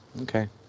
okay